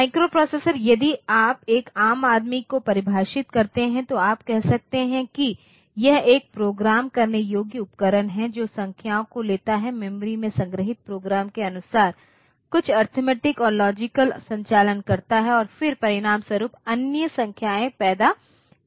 microprocessor यदि आप एक आम आदमी को परिभाषित करते हैं तो आप कह सकते हैं कि यह एक प्रोग्राम करने योग्य उपकरण है जो संख्याओं को लेता है मेमोरी में संग्रहीत प्रोग्राम के अनुसार कुछ अरिथमेटिक और लॉजिकल संचालन करता है और फिर परिणामस्वरूप अन्य संख्याएं पैदा करता है